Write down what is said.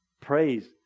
Praise